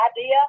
idea